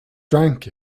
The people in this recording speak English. drank